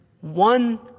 one